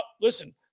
Listen